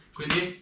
Quindi